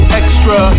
extra